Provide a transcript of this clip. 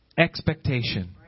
expectation